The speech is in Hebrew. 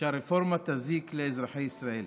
בכך שהרפורמה תזיק לאזרחי ישראל.